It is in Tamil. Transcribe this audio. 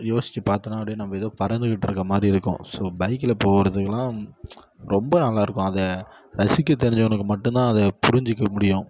யோசிச்சி பார்த்தோன்னா அப்டே நம்ப எதோ பறந்துக்கிட்ருக்க மாதிரி இருக்கும் ஸோ பைக்கில போகறதுக்குலாம் ரொம்ப நல்லா இருக்கும் அத ரசிக்கத் தெரிஞ்சவனுக்கு மட்டும்தான் அதை புரிஞ்சிக்க முடியும்